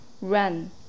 run